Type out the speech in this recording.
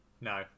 no